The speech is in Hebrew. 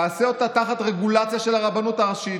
תעשה אותה תחת רגולציה של הרבנות הראשית,